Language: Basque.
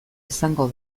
izango